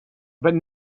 but